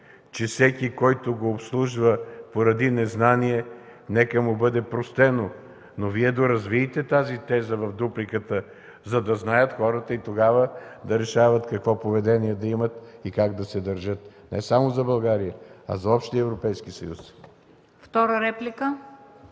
на всеки, който го обслужва поради незнание, нека да бъде простено. Но Вие доразвийте тази теза в дупликата, за да знаят хората – тогава да решават какво поведение да имат и как да се държат. Не само за България, а за общия Европейски съюз.